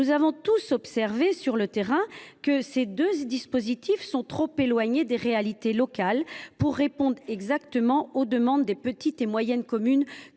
Nous avons tous observé sur le terrain que ces deux dispositifs sont trop éloignés des réalités locales pour répondre exactement aux demandes des petites et moyennes communes